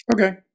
Okay